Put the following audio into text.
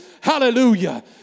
hallelujah